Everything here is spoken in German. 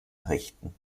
errichten